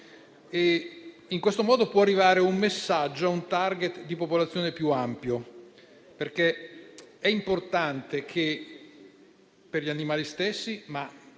in questo modo può arrivare un messaggio a un *target* di popolazione più ampio. È importante per gli animali stessi e